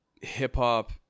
hip-hop